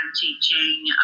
teaching